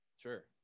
Sure